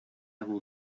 will